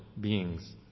beings